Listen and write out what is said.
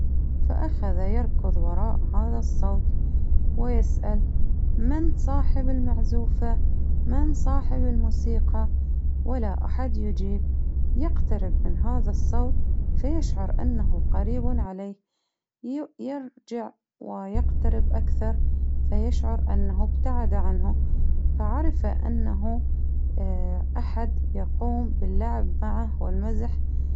فاخذ يركض وراء هذا الصوت ويسأل من صاحب المعزوفة؟ من صاحب الموسيقى؟ ولا أحد يجيب، يقترب من هذا الصوت، فيشعر أنه قريب عليه، ي- يرجع ويقترب أكثر فيشعرأنه إبتعد عنه فعرف أنه أحد يقوم باللعب معه والمزح.